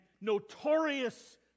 notorious